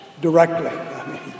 directly